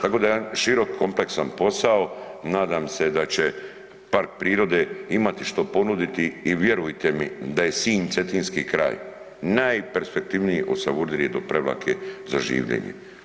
Tako da je jedan širok kompleksan posao, nadam se da će park prirode imati što ponuditi i vjerujte mi da je Sinj i cetinski kraj najperspektivniji od Savudrije do Prevlake za življenje.